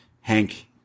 Hank